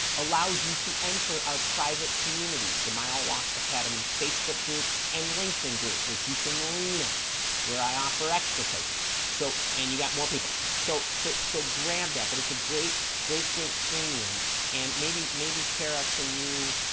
allows you to enter our private communities two mile walk academy facebook group and linkedin group which you can lean on where i offer extra coaching so and you got more people so so so grab that but it's a great great great freemium and maybe maybe kara can you